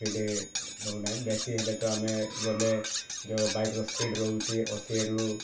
speed ନେଉନାହିଁ ବେଶୀ ହେଲେ ତ ଆମେ ଗଲେ ଯେଉଁ ବାଇକ୍ର ସ୍ପିଡ଼୍ ରହୁଛି ଅଶୀରୁ